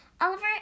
Oliver